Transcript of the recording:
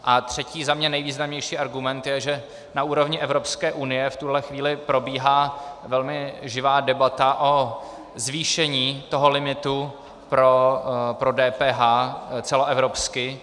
A třetí, za mě nejvýznamnější argument je, že na úrovni Evropské unie v tuhle chvíli probíhá velmi živá debata o zvýšení toho limitu pro DPH celoevropsky.